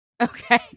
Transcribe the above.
Okay